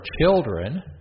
children